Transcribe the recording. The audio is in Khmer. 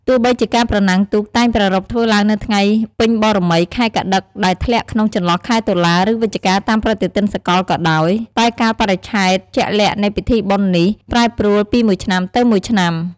ទោះបីជាការប្រណាំងទូកតែងប្រារព្ធធ្វើឡើងនៅថ្ងៃពេញបូណ៌មីខែកត្តិក ដែលធ្លាក់ក្នុងចន្លោះខែតុលា ឬវិច្ឆិកាតាមប្រតិទិនសកលក៏ដោយ តែកាលបរិច្ឆេទជាក់លាក់នៃពិធីបុណ្យនេះប្រែប្រួលពីមួយឆ្នាំទៅមួយឆ្នាំ។